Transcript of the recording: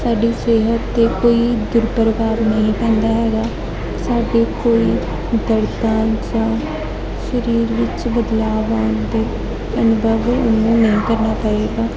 ਸਾਡੀ ਸਿਹਤ 'ਤੇ ਕੋਈ ਦੁਰਪ੍ਰਭਾਵ ਨਹੀਂ ਪੈਂਦਾ ਹੈਗਾ ਸਾਡੇ ਕੋਈ ਦਰਦ ਜਾਂ ਸਰੀਰ ਵਿੱਚ ਬਦਲਾਵ ਆਉਣ ਦੇ ਅਨੁਭਵ ਨੂੰ ਨਹੀਂ ਕਰਨਾ ਪਏਗਾ